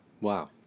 Wow